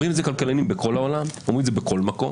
אומרים את זה כלכלנים בכל העולם ואומרים את זה בכל מקום.